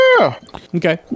Okay